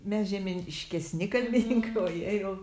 mes žeminiškesni kalbininkai o jie jau